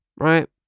right